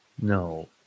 No